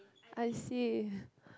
I see